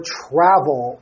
travel